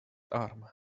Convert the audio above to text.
arm